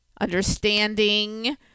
understanding